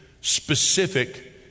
specific